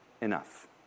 enough